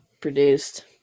produced